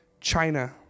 China